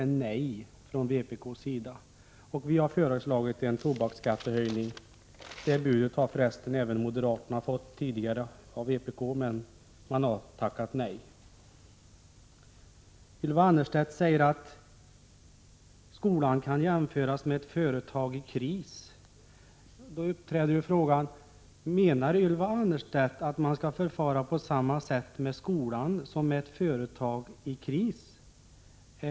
Svaret från vpk är nej. Vi har i stället föreslagit en tobaksskattehöjning. I det sammanhanget har för resten även moderaterna tidigare tillfrågats av vpk, men de har tackat nej till medverkan. Ylva Annerstedt säger att skolan kan jämföras med ett företag i kris. Då frågar jag: Menar Ylva Annerstedt att man skall förfara på samma sätt med skolan som man gör med ett företag i kris?